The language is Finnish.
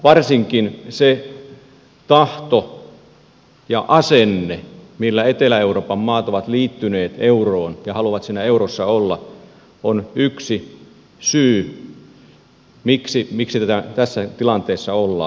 varsinkin se tahto ja asenne millä etelä euroopan maat ovat liittyneet euroon ja haluavat eurossa olla on yksi syy miksi tässä tilanteessa ollaan